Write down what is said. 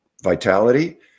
vitality